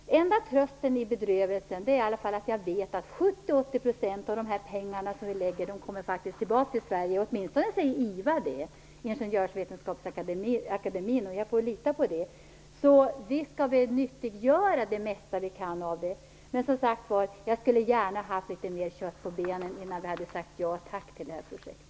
Den enda trösten i all bedrövelse är att jag vet att 70-80 % av de pengar som vi lägger ner på detta faktiskt kommer tillbaka till Sverige - åtminstone enligt IVA, Ingenjörsvetenskapsakademin. Jag får väl lita på det. Visst skall vi nyttiggöra så mycket vi kan här! Men, som sagt, det skulle ha varit litet mera kött på benen innan vi sade ja och tack till det här projektet.